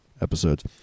episodes